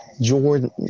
Jordan